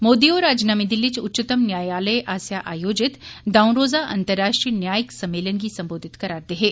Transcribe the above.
मोदी होर अज्ज नमीं दिल्ली च उच्चतम न्यायालय आस्सेआ आयोजित दंऊ रोज़ा अंतर्राष्ट्रीय न्यायिक सम्मेलन गी सम्बोधित करा'रदे हे